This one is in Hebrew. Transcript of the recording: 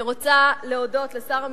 אני רוצה להודות לשר המשפטים.